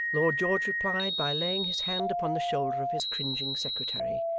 lord george replied by laying his hand upon the shoulder of his cringing secretary,